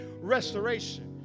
restoration